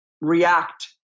react